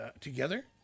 together